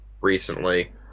recently